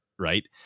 Right